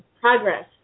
progress